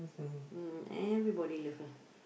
mm everybody love her